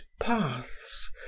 paths